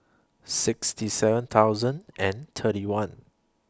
sixty seven thousand and thirty one